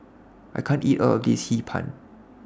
I can't eat All of This Hee Pan